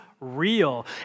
real